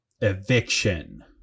eviction